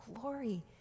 glory